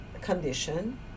condition